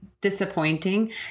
disappointing